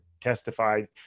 testified